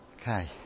Okay